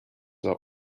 are